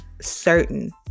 certain